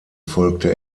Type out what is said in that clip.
folgte